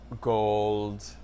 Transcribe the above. gold